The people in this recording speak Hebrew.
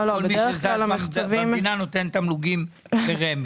כל מי שזז במדינה נותן תמלוגים לרמ"י.